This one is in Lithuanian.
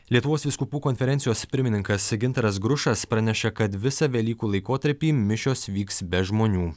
lietuvos vyskupų konferencijos pirmininkas gintaras grušas pranešė kad visą velykų laikotarpį mišios vyks be žmonių